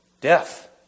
Death